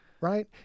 right